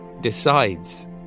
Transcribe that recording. decides